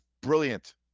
brilliant